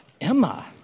Emma